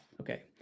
Okay